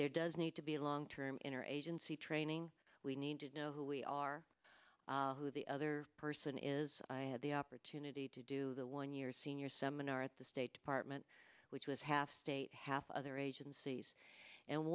there does need to be a long term in are agents the training we need to know who we are who the other person is i had the opportunity to do the one year senior seminar at the state department which was half state half other agencies and